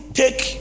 take